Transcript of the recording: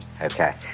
okay